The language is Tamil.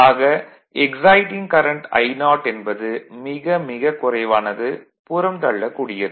ஆக எக்சைட்டிங் கரண்ட் I0 என்பது மிக மிக குறைவானது புறந்தள்ளக்கூடியது